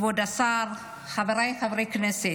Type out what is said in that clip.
כבוד השר, חבריי חברי הכנסת,